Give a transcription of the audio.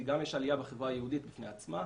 כי יש גם עלייה בחברה היהודית בפני עצמה.